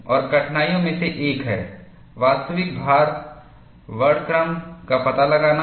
और कठिनाइयों में से एक है वास्तविक भार वर्णक्रम का पता लगाना